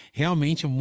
realmente